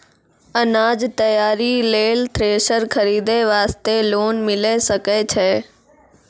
अनाज तैयारी लेल थ्रेसर खरीदे वास्ते लोन मिले सकय छै?